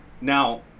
Now